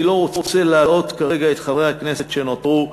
אני לא רוצה להלאות כרגע את חברי הכנסת שנותרו,